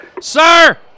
Sir